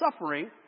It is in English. suffering